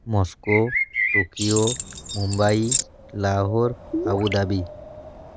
Moscow Tokyo Mumbai Lahore Abu Dhabi